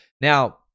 Now